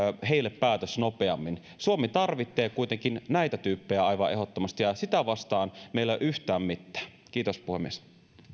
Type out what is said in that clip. päätös nopeammin suomi tarvitsee kuitenkin näitä tyyppejä aivan ehdottomasti ja sitä vastaan meillä ei ole yhtään mitään kiitos puhemies